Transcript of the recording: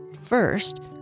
First